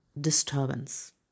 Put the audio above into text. disturbance